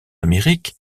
amérique